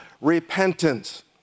repentance